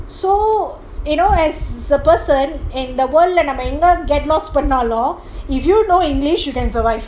so you know as the person in the world நம்மஎங்கபண்ணாலும்:namma enga pannalum if you know english you can survive